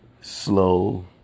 slow